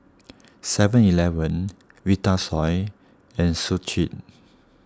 Seven Eleven Vitasoy and Schick